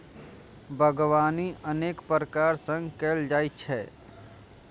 बागवानी अनेक प्रकार सं कैल जाइ छै